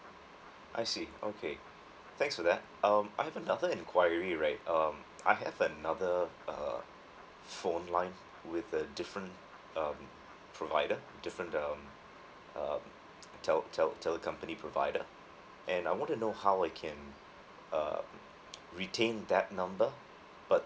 I see okay thanks for that um I have another enquiry right um I have another uh phone line with the different um provided different the um um tel~ tel~ tele~ company provider and I want to know how I can uh retain that number but